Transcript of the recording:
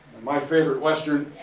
my favorite western,